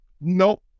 Nope